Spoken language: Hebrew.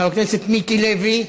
חבר הכנסת מיקי לוי,